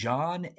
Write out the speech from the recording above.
John